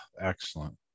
excellent